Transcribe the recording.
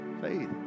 faith